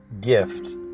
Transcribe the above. gift